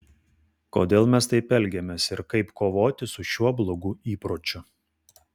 kodėl mes taip elgiamės ir kaip kovoti su šiuo blogu įpročiu